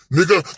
Nigga